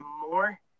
more